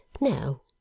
no